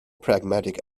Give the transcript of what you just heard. pragmatic